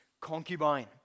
concubine